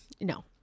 No